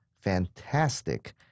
fantastic